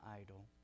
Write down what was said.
idol